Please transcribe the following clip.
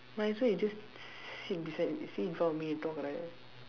might as well you just s~ sit beside sit in front of me and talk right